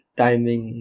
timing